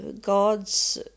God's